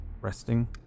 resting